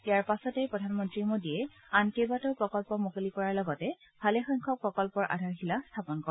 ইয়াৰ পাছতেই প্ৰধানমন্ত্ৰী মোডীয়ে আন কেইবাটাও প্ৰকল্প মুকলি কৰাৰ লগতে ভালেসংখ্যক প্ৰকল্পৰ আধাৰশিলা স্থাপন কৰে